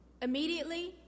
Immediately